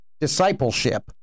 discipleship